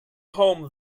home